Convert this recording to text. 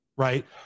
Right